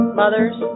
mothers